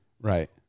Right